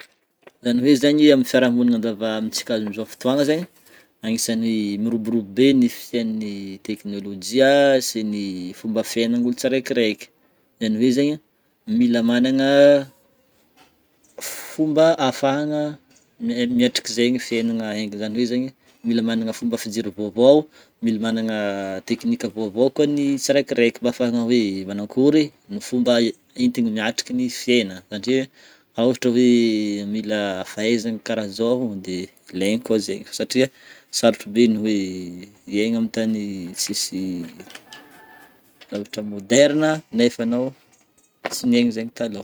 Zany hoe zegny amin'ny fiarahamonigny andava- amintsika am'zao fotoagna zegny, agnisan'ny miroborobo be ny fisian'ny teknolojia sy ny fomba fiainagn'olo tsiraikiraiky, zany hoe zegny, mila magnana fomba afahagna mia- miatriky zegny fiainagna hainga, zany hoe zegny mila magnana fomba fijery vaovao, mila magnana teknika vaovao koa ny tsiraikiraiky mba ahafahagna hoe manakôry ny fomba e- entigny miatriky ny fiaina satria ohatra hoe mila fahaizagna karaha zao de ilaigny koa zegny satria sarotro be ny hoe hiaigna amin'ny tany tsisy zavatra moderne nefa anao tsy niaigny zegny taloha.